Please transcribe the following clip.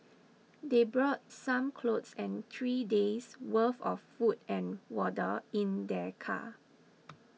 they brought some clothes and three days' worth of food and water in their car